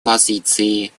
позиции